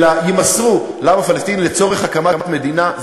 אלא יימסרו לעם הפלסטיני לצורך הקמת מדינה,